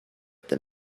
than